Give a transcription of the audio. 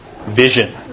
vision